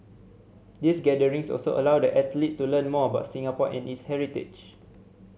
these gatherings also allow the athletes to learn more about Singapore and its heritage